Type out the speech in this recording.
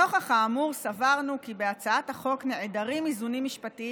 נוכח האמור סברנו כי בהצעת החוק נעדרים איזונים משפטיים